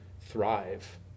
thrive